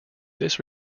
this